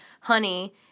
honey